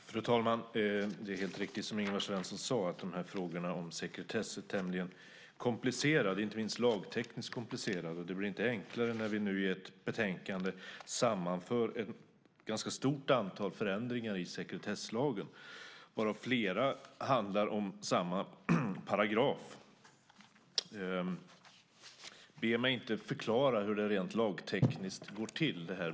Fru talman! Det är helt riktigt som Ingvar Svensson sade att frågorna om sekretess är tämligen komplicerade, inte minst lagtekniskt komplicerade. Det blir inte enklare när vi nu i ett betänkande sammanför ett ganska stort antal förändringar i sekretesslagen, varav flera handlar om samma paragraf. Be mig inte förklara hur det här beslutet rent lagtekniskt går till.